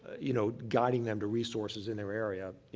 you know, guiding them to resources in their area, you